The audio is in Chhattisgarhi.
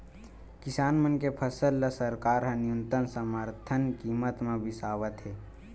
किसान मन के फसल ल सरकार ह न्यूनतम समरथन कीमत म बिसावत हे